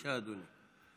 בבקשה, אדוני.